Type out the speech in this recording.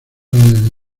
desde